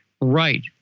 right